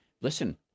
listen